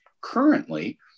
currently